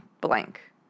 blank